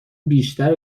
بیشتر